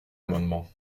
amendement